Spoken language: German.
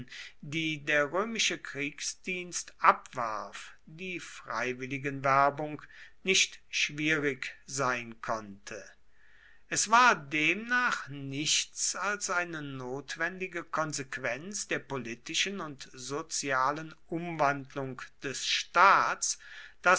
die der römische kriegsdienst abwarf die freiwilligenwerbung nicht schwierig sein konnte es war demnach nichts als eine notwendige konsequenz der politischen und sozialen umwandlung des staats